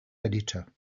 editor